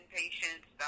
patients